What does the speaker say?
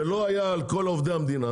שלא היה על כל עובדי המדינה